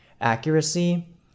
accuracy